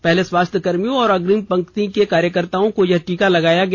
पहले स्वास्थय कर्मियों और अग्रिम पंक्तियों के कार्यकर्ताओं को यह टीका लगाया गया